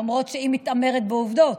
למרות שהיא מתעמרת בעובדות,